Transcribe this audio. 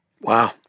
Wow